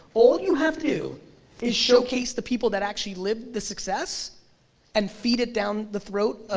all you have to do is showcase the people that actually lived the success and feed it down the throat of.